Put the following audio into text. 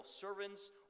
servants